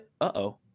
Uh-oh